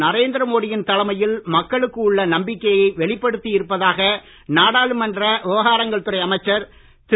நரேந்திர மோடியின் தலைமையில் மக்களுக்கு உள்ள நம்பிக்கையை வெளிப்படுத்தி இருப்பதாக நாடாளுமன்ற விவகாரங்கள் துறை அமைச்சர் திரு